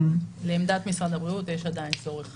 לעמדת משרד הבריאות יש עדיין צורך